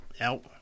out